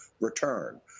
return